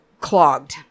clogged